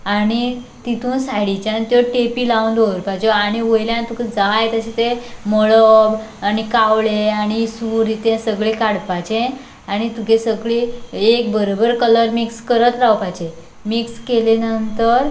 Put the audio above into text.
आनी तितूंत सायडीच्यान त्यो टेपी लावन दवरपाच्यो आनी वयल्यान तुका जाय तशे तें मळब आनी कावळें आनी सूर तें सगले काडपाचें आनी तुगे सगळीं एक बरबर कलर मिक्स करत रावपाचे मिक्स केले नंतर